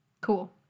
Cool